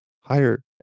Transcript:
higher